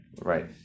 right